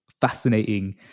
fascinating